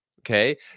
okay